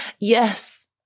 Yes